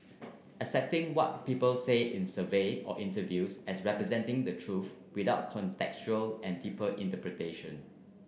accepting what people say in survey or interviews as representing the truth without contextual and deeper interpretation